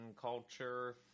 culture